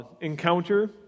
Encounter